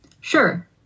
Sure